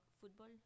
football